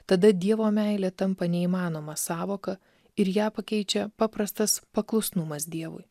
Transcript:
tada dievo meilė tampa neįmanoma sąvoka ir ją pakeičia paprastas paklusnumas dievui